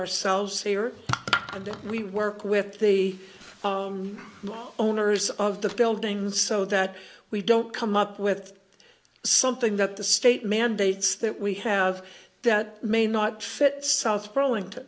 ourselves they are and we work with the owners of the buildings so that we don't come up with something that the state mandates that we have that may not fit south burlington